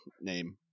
name